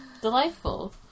delightful